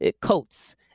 coats